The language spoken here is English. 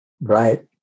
Right